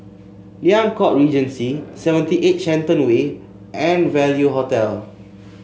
Liang Court Regency Seventy eight Shenton Way and Value Hotel